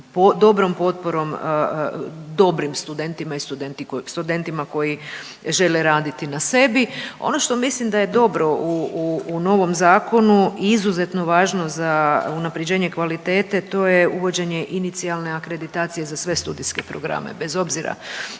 dobrom potporom dobrim studentima i studentima koji žele raditi na sebi. Ono što mislim da je dobro u novom zakonu, izuzetno važno za unaprjeđenje kvalitete to je uvođenje inicijalne akreditacije za sve studijske programe, bez obzira